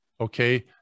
Okay